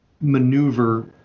maneuver